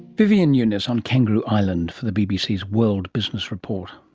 vivienne nunis on kangaroo island for the bbc's world business report.